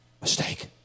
mistake